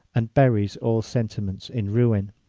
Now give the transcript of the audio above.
and buries all sentiments in ruin!